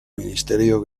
ministerio